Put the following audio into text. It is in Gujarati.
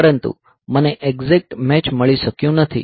પરંતુ મને એક્ઝેક્ટ મેચ મળી શક્યું નથી